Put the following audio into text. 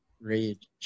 rage